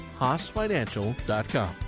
HaasFinancial.com